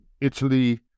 Italy